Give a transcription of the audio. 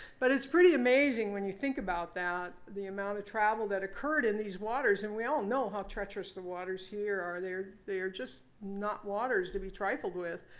but it's pretty amazing when you think about that the amount of travel that occurred in these waters. and we all know how treacherous the waters here are. they are they are just not waters to be trifled with.